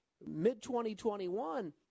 mid-2021 –